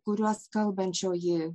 kuriuos kalbančioji